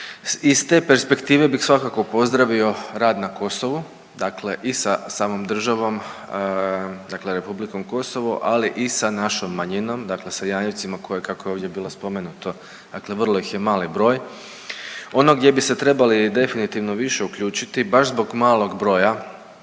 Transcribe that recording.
Iz te perspektive bi svakako pozdravio i rad na Kosovu. Dakle i sa samom državom, dakle Republikom Kosovo ali i sa našom manjinom, dakle sa Janjevcima koje kako je ovdje bilo spomenuto, dakle vrlo ih je mali broj. Ono gdje bi se trebali definitivno više uključiti baš zbog malog broja